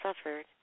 suffered